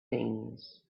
things